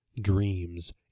dreams